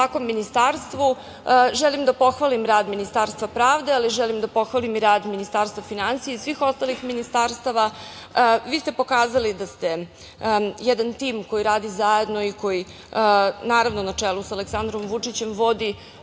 o svakom ministarstvu. Želim da pohvalim rad Ministarstva pravde, ali želim da pohvalim i rad Ministarstva finansija i svih ostalih ministarstava. Vi ste pokazali da ste jedan tim koji radi zajedno i koji, naravno na čelu sa Aleksandrom Vučićem, vodi